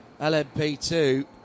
lmp2